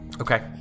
Okay